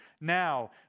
now